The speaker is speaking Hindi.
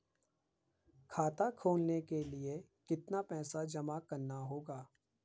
खाता खोलने के लिये कितना पैसा जमा करना होगा?